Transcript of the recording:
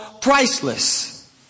priceless